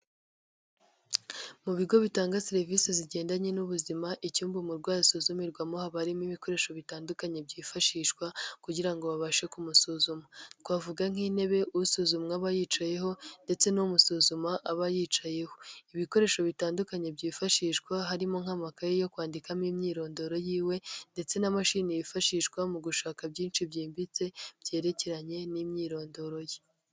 Mu bigo bitanga serivisi zigendanye n'ubuzima, icyumba umurwayi asuzumirwamo haba harimo ibikoresho bitandukanye byifashishwa, kugira ngo babashe kumusuzuma. Twavuga nk'intebe usuzumwa aba yicayeho, ndetse n'uumusuzuma aba yicayeho. Ibikoresho bitandukanye byifashishwa harimo nk'amakaye yo kwandikamo imyirondoro yiwe, ndetse na mashini yifashishwa mu gushaka byinshi byimbitse byerekeranye n'imyirondoro ye.